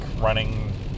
running